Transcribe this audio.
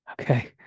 Okay